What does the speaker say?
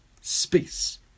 space